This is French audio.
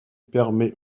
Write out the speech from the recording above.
permet